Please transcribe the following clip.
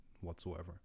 whatsoever